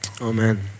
Amen